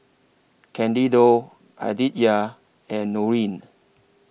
Candido Aditya and Norene